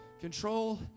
control